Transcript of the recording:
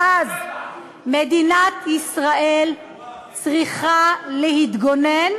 ואז מדינת ישראל צריכה להתגונן,